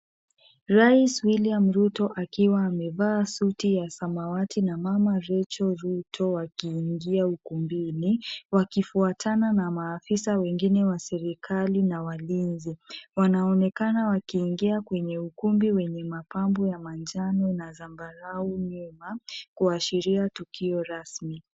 Rais William Ruto akiwa amevaa suti ya samawati na mama Rachel Ruto wakiingia ukumbini, wakifuatana na maafisa wengine wa serikali na walinzi. Wanaonekana wakiingia kwenye ukumbi wenye mapambo ya manjano na zambarau nyuma, kuashiria tukio rasmi.